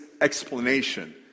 explanation